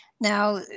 Now